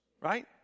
right